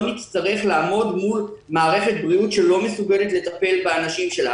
נצטרך לעמוד מול מערכת בריאות שלא מסוגלת לטפל באנשים שלה.